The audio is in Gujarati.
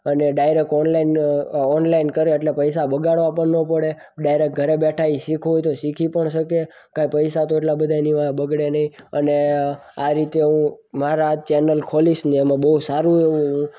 અને ડાયરેક ઓનલાઇન ઓનલાઇન કરે એટલે પૈસા બગાડવા પણ ન પડે અને ડાયરેક ઘરે બેઠા એ શીખવું હોય તો શીખી પણ શકે કાં પૈસા તો એટલા એની વાંહે બગડે નહીં અને આ રીતે હું મારા ચેનલ ખોલીશ ને એમાં બહુ સારું એવું હું